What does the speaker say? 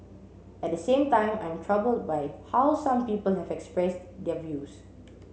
at the same time I am troubled by how some people have expressed their views